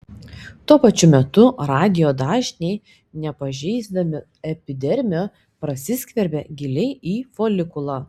tuo pačiu metu radijo dažniai nepažeisdami epidermio prasiskverbia giliai į folikulą